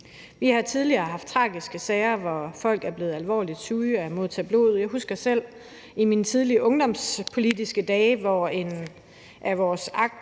Vi har tidligere haft tragiske sager, hvor folk er blevet alvorligt syge af at modtage blod. Jeg husker selv i mine tidlige ungdomspolitiske dage, hvor en af vores aktive